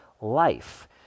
life